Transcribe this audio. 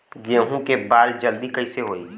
गेहूँ के बाल जल्दी कईसे होई?